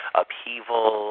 upheaval